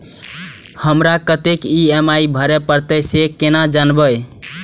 हमरा कतेक ई.एम.आई भरें परतें से केना जानब?